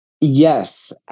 Yes